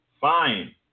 fine